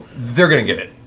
they're going to get it.